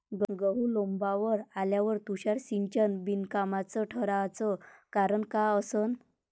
गहू लोम्बावर आल्यावर तुषार सिंचन बिनकामाचं ठराचं कारन का असन?